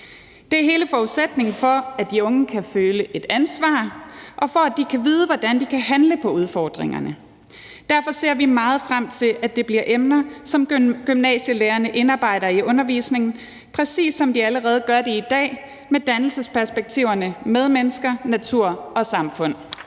Det er hele forudsætningen for, at de unge kan føle et ansvar, og for, at de kan vide, hvordan de kan handle på udfordringerne. Derfor ser vi meget frem til, at det bliver emner, som gymnasielærerne indarbejder i undervisningen, præcis som de allerede gør det i dag med dannelsesperspektiverne i forhold til medmennesker, natur og samfund.